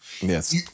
yes